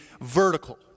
vertical